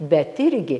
bet irgi